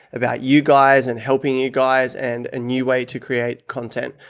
about you guys and helping you guys and a new way to create content.